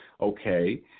okay